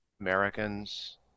Americans